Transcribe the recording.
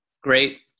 Great